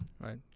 right